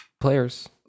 players